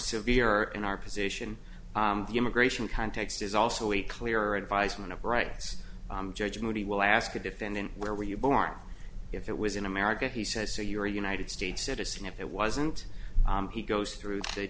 severe in our position the immigration context is also a clearer advisement rice judge moody will ask a defendant where were you born if it was in america he says so you're a united states citizen if it wasn't he goes through th